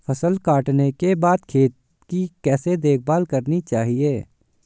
फसल काटने के बाद खेत की कैसे देखभाल करनी चाहिए?